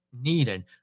needed